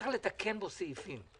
צריך לתקן בו סעיפים.